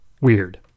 weird